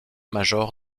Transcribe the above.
major